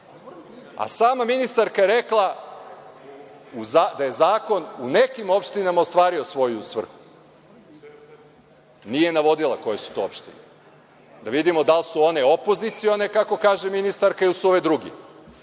a sama je ministarka rekla da zakon u nekim opštinama ostvario svoju svrhu. Nije navodila koje su to opštine. Da vidimo da li su one opozicione kako kaže ministarka ili su ove druge.